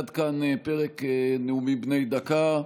עד כאן פרק נאומים בני דקה.